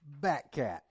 Batcat